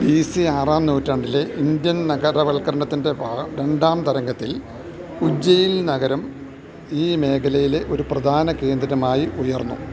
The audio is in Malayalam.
ബി സി ആറാം നൂറ്റാണ്ടിലെ ഇന്ത്യൻ നഗരവൽക്കരണത്തിന്റെ രണ്ടാം തരംഗത്തിൽ ഉജ്ജയിന് നഗരം ഈ മേഖലയിലെ ഒരു പ്രധാന കേന്ദ്രമായി ഉയർന്നു